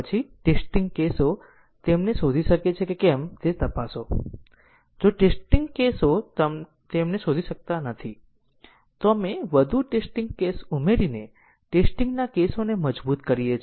તેથી a 5 જલદી તે એક્ઝિક્યુટ કરે છે તે પછીનું સ્ટેટમેન્ટ એક્ઝિક્યુટ કરે છે તે સ્ટેટમેન્ટનો સિકવન્સ પ્રકાર છે અને આ સૌથી સરળ છે